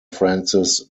francis